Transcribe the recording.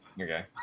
Okay